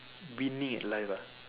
winning at life ah